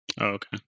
Okay